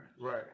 Right